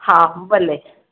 हा भले